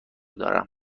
دارم